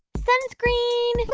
sunscreen.